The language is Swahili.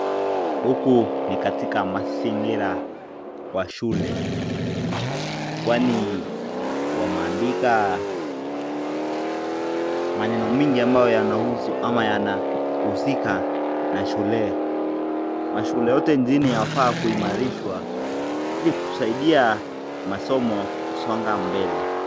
Huku ni katika mazingira wa shule kwani wameendika maneno mingi ambayo yanahusu au yanahusika na shule, mashule yote nchini yanafaaa kuimarishwa ili kusaidia masomo kusonga mbele.